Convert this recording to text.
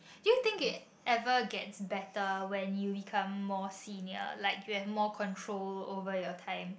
do you think it ever get better when you become more senior like you have more control over your time